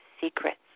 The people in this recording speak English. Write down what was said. secrets